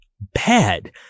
bad